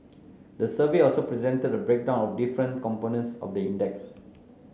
the survey also presented a breakdown of different components of the index